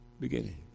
beginning